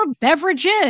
beverages